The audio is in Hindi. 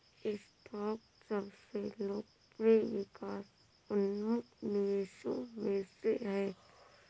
स्टॉक सबसे लोकप्रिय विकास उन्मुख निवेशों में से है